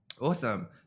awesome